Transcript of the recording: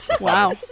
Wow